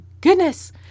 goodness